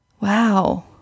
wow